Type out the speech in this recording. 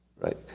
right